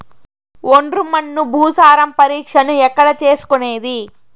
ఒండ్రు మన్ను భూసారం పరీక్షను ఎక్కడ చేసుకునేది?